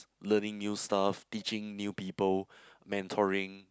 learning new stuff teaching new people mentoring